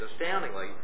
astoundingly